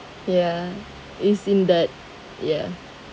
ya is in the ya